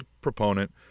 proponent